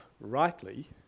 rightly